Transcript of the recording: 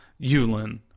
yulin